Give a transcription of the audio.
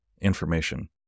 information